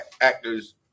actors